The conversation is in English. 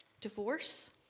Divorce